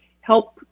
help